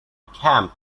camp